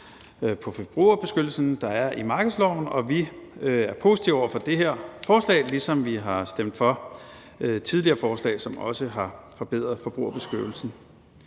på forbrugerbeskyttelsen, der er i markedsloven, og vi er positive over for det her forslag, ligesom vi har stemt for tidligere forslag, som også har forbedret forbrugerbeskyttelsen.